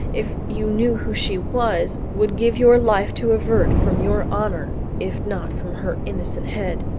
if you knew who she was, would give your life to avert from your honor if not from her innocent head!